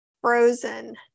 frozen